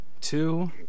Two